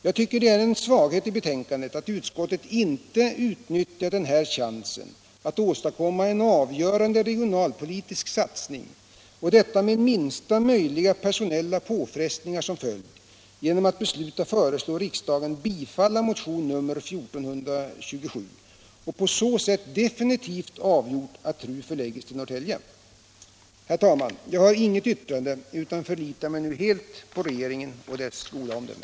Jag tycker att det är en svaghet i betänkandet att utskottet inte utnyttjar den här chansen att åstadkomma en avgörande regionalpolitisk satsning, och detta med minsta möjliga personella påfrestningar som följd, genom att besluta att föreslå riksdagen att bifalla motion nr 1427 och på så sätt definitivt avgöra att TRU förlägges till Norrtälje. Herr talman! Jag har inget yrkande utan förlitar mig nu helt på regeringen och dess goda omdöme.